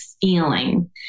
feeling